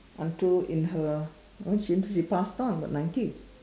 until in her when she she passed on about ninety